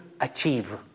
achieve